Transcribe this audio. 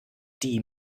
die